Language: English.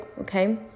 okay